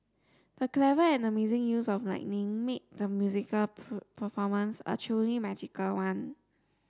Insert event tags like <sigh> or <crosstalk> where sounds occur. the clever and amazing use of lighting made the musical <unintelligible> performance a truly magical one